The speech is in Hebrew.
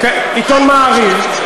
עיתון "מעריב".